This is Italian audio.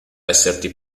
esserti